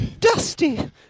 dusty